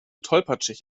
tollpatschig